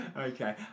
Okay